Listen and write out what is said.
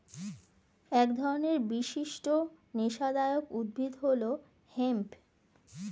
এক ধরনের বিশিষ্ট নেশাদায়ক উদ্ভিদ হল হেম্প